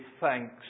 thanks